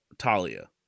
Talia